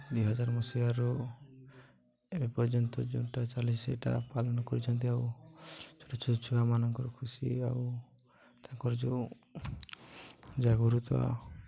ଦୁଇ ହଜାର ମସିହାରୁ ଏବେ ପର୍ଯ୍ୟନ୍ତ ଯୋଉଟା ଚାଲି ସେଇଟା ପାଳନ କରିଛନ୍ତି ଆଉ ଛୋଟ ଛୁଆମାନଙ୍କର ଖୁସି ଆଉ ତାଙ୍କର ଯୋଉ ଜାଗରୁତ